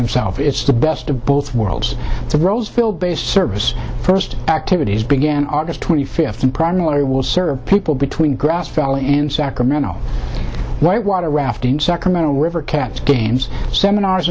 themselves it's the best of both worlds to roseville based service first activities began august twenty fifth and primary will serve people between grass valley and sacramento white water rafting sacramento river games seminars